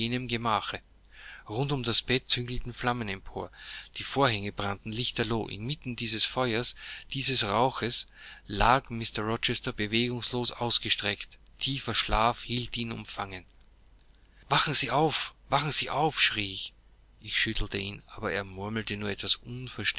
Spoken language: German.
gemache rund um das bett züngelten flammen empor die vorhänge brannten lichterloh inmitten dieses feuers dieses rauches lag mr rochester bewegungslos ausgestreckt tiefer schlaf hielt ihn umfangen wachen sie auf wachen sie auf schrie ich ich schüttelte ihn aber er murmelte nur etwas